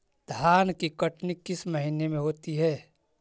धान की कटनी किस महीने में होती है?